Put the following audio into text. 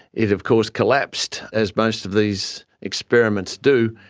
it of course collapsed, as most of these experiments do.